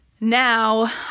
now